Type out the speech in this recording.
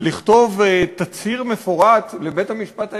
לכתוב תצהיר מפורט לבית-המשפט העליון,